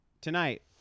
Tonight